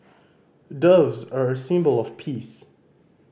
doves are a symbol of peace